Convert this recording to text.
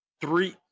three